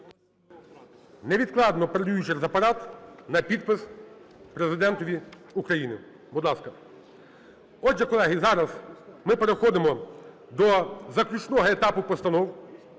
Невідкладно передаю через Апарат на підпис Президентові України, будь ласка. Отже, колеги, зараз ми переходимо до заключного етапу постанов,